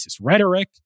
rhetoric